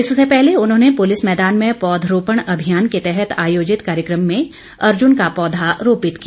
इससे पहले उन्होंने पुलिस मैदान में पौध रोपण अभियान के तहत आयोजित कार्यक्रम में अर्जुन का पौधा रोपित किया